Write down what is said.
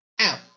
Ow